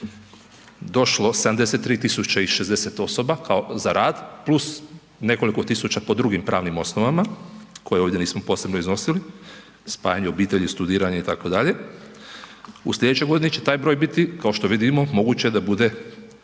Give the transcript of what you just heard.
došlo 73.060 osoba kao za rad plus nekoliko tisuća po drugim pravnim osnovama koje ovdje nismo posebno iznosili, spajanje obitelji, studiranje itd. U slijedećoj će taj broj biti, kao što vidimo moguće je da bude